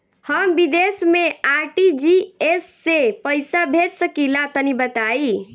हम विदेस मे आर.टी.जी.एस से पईसा भेज सकिला तनि बताई?